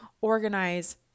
organize